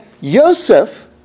Yosef